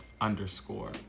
underscore